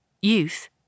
youth